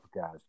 guys